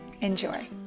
Enjoy